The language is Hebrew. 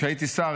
כשהייתי שר,